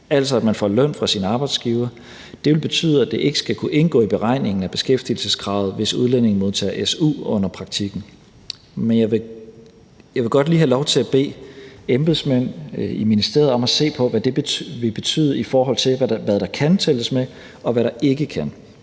altså at man får løn fra sin arbejdsgiver. Det vil betyde, at det ikke skal kunne indgå i beregningen af beskæftigelseskravet, hvis udlændingen modtager su under praktikken. Men jeg vil godt lige have lov til at bede embedsmænd i ministeriet om at se på, hvad det vil betyde i forhold til, hvad der kan tælles med, og hvad der ikke kan